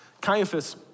Caiaphas